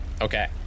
Okay